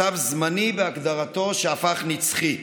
מצב זמני בהגדרתו שהפך נצחי,